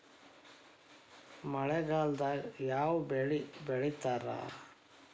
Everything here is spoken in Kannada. ಮಳೆಗಾಲದಾಗ ಯಾವ ಬೆಳಿ ಬೆಳಿತಾರ?